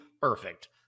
perfect